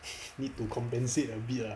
need to compensate a bit ah